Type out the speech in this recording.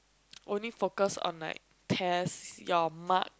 only focus on like test your mark